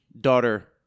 daughter